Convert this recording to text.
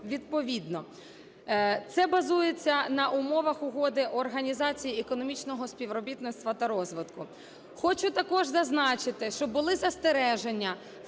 відповідно. Це базується на умовах угоди Організації економічного співробітництва та розвитку. Хочу також зазначити, що були застереження